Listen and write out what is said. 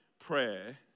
Prayer